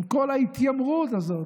עם כל ההתיימרות הזאת,